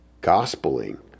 gospeling